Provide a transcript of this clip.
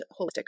holistic